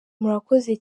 murakoze